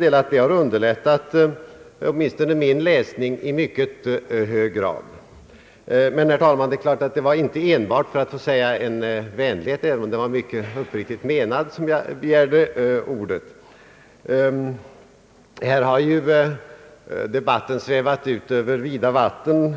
Detta har underlättat åtminstone min läsning av utlåtandet i mycket hög grad. Men, herr talman, det var självfallet inte enbart för att säga en sådan vänlighet — även om den är mycket uppriktigt menad — som jag begärde ordet. Debatten i dag har svävat ut över vida vatten.